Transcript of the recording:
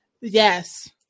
Yes